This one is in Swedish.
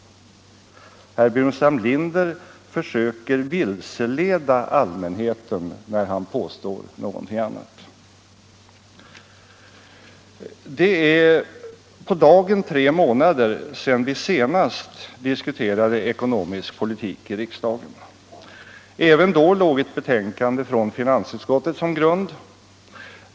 Herr Burenstam Linder försöker vilseleda allmänheten när han påstår någonting annat. Det är på dagen tre månader sedan vi senast diskuterade ekonomisk politik i riksdagen. Även då låg ett betänkande från finansutskottet som grund.